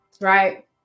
right